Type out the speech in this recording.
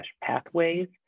pathways